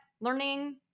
learning